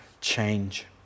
change